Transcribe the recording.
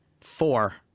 Four